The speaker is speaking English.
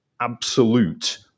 absolute